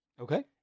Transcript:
Okay